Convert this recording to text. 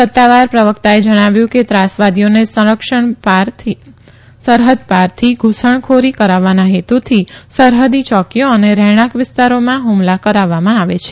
સત્તાવાર પ્રવકતાએ જણાવ્યું કે ત્રાસવાદીઓને સરહદ ારથી ધુસણખોરી કરાવવાના હેતુથી સરહદી ચોકીઓ અને રહેણાંક વિસ્તારોમાં ફમલા કરવામાં આવે છે